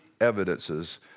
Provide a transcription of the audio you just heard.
Evidences